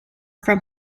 from